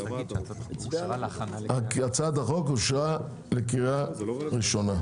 הצעת החוק אושרה בקריאה ראשונה.